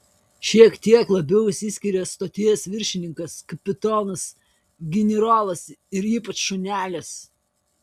šiek tiek labiau išsiskiria stoties viršininkas kapitonas generolas ir ypač šunelis